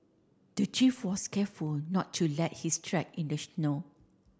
the thief was careful not to let his track in the snow